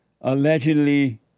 allegedly